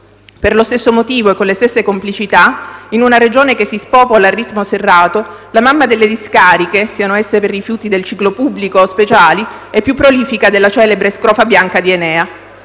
Per lo stesso motivo e con le stesse complicità, in una Regione che si spopola a ritmo serrato, la mamma delle discariche (siano esse per rifiuti del ciclo pubblico o speciali) è più prolifica della celebre scrofa bianca di Enea.